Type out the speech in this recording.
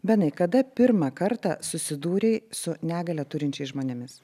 benai kada pirmą kartą susidūrei su negalią turinčiais žmonėmis